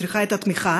היא צריכה את התמיכה.